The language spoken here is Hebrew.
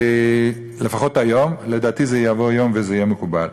לפחות היום, לדעתי יבוא יום וזה יהיה מקובל.